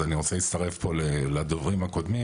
אז אני רוצה להצטרף פה לדוברים הקודמים,